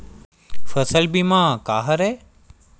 फसल बीमा का हरय?